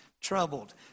Troubled